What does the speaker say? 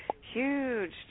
huge